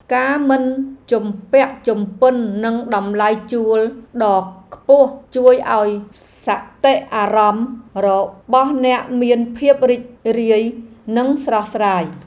ការមិនជំពាក់ជំពិននឹងតម្លៃជួលដ៏ខ្ពស់ជួយឱ្យសតិអារម្មណ៍របស់អ្នកមានភាពរីករាយនិងស្រស់ស្រាយ។